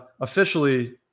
officially